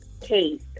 case